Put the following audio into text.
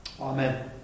Amen